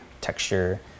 texture